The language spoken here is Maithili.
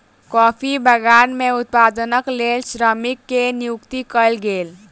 कॉफ़ी बगान में उत्पादनक लेल श्रमिक के नियुक्ति कयल गेल